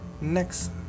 Next